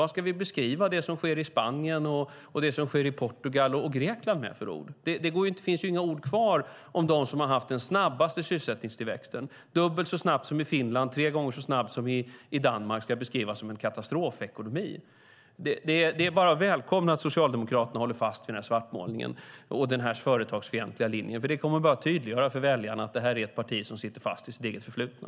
Vad ska vi beskriva det som sker i Spanien, Portugal och Grekland med för ord? Det finns inga ord kvar om det land som har haft den snabbaste sysselsättningstillväxten, dubbelt så snabb som i Finland, tre gånger så snabb som i Danmark, ska beskrivas som en katastrofekonomi. Det är bara att välkomna att Socialdemokraterna håller fast vid den svartmålningen och den företagsfientliga linjen. Det kommer att tydliggöra för väljarna att detta är ett parti som sitter fast i sitt eget förflutna.